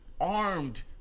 Armed